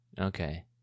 Okay